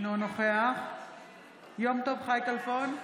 אינו נוכח יום טוב חי כלפון,